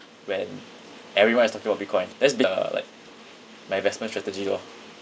when everyone is talking about bitcoin that's b~ uh like my investment strategy lor